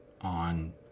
on